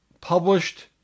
published